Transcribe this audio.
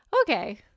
okay